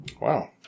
Wow